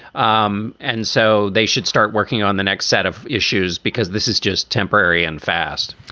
um and so they should start working on the next set of issues because this is just temporary and fast